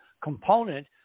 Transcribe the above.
component